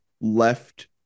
left